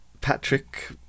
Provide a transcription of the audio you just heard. Patrick